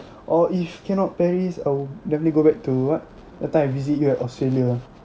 or if cannot Paris I'll definitely go back to what that time I visit you at Australia